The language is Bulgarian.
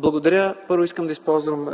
следното. Първо, искам да използвам